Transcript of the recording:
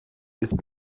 ist